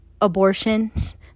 abortions